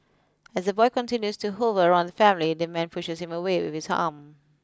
as the boy continues to hover around the family the man pushes him away with his arm